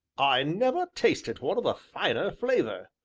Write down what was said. i never tasted one of a finer flavor!